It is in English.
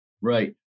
Right